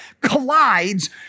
collides